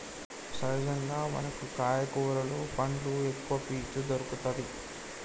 సహజంగా మనకు కాయ కూరలు పండ్లు ఎక్కవ పీచు దొరుకతది